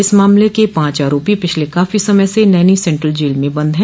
इस मामले के पांच आरोपी पिछले काफी समय स नैनी सेन्ट्रल जेल में बंद हैं